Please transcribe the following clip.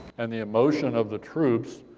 and the emotion of the troops,